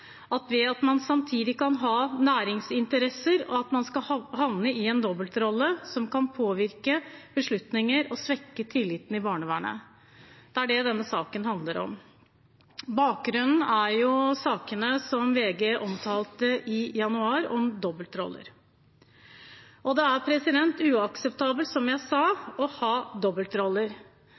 ved at man samtidig kan ha næringsinteresser, skal havne i en dobbeltrolle som kan påvirke beslutninger og svekke tilliten til barnevernet. Det er det denne saken handler om. Bakgrunnen er sakene som VG omtalte i januar, om dobbeltroller. Det er uakseptabelt, som jeg sa, å ha dobbeltroller,